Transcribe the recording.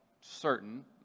certain